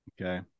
Okay